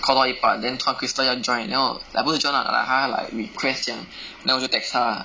call 到一半 then 突然 crystal 要 join 然后 like 不是要 join lah like 她要 like request 这样 then 我就 text 她